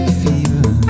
fever